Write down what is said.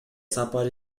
сапар